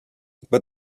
but